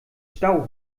stau